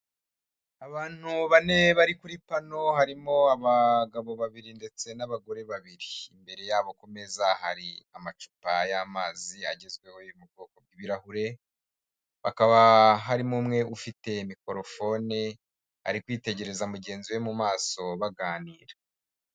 Abantu bane bari kuri pano harimo abagabo babiri ndetse n'abagore babiri, imbere yabo ku meza hari amacupa y'amazi agezweho yo mu bwoko bw'ibirahure, hakaba harimo umwe ufite microphone ari kwitegereza mugenzi we mu maso baganira.